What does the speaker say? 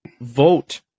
vote